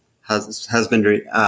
Husbandry